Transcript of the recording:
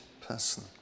person